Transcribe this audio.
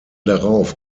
darauf